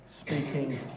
speaking